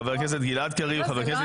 חבר הכנסת גלעד קריב,